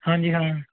ਹਾਂਜੀ ਹਾਂ